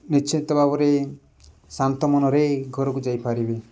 ନିଶ୍ଚିତ ଭାବରେ ଶାନ୍ତ ମନରେ ଘରକୁ ଯାଇପାରିବେ